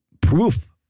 proof